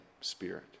spirit